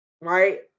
Right